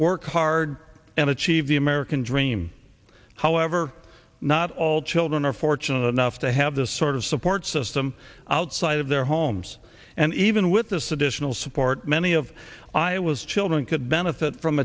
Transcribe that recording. work hard and achieve the american dream however not all children are fortunate enough to have this sort of support system outside of their homes and even with this additional support many of iowa's children could benefit from